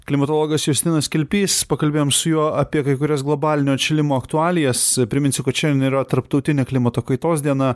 klimatologas justinas kilpys pakalbėjom su juo apie kai kurias globalinio atšilimo aktualijas priminsiu kad šiandien yra tarptautinė klimato kaitos diena